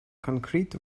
concrete